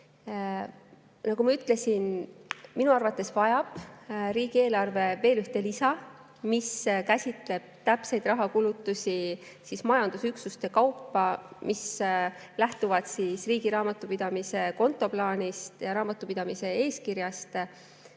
nagu ma ütlesin, minu arvates vajab riigieelarve veel ühte lisa, mis käsitleb täpseid rahakulutusi majandusüksuste kaupa, mis lähtuvad riigi raamatupidamise kontoplaanist ja raamatupidamise eeskirjast,